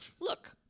Look